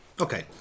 Okay